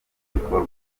bikorwa